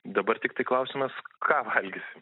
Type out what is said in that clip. dabar tiktai klausimas ką valgysim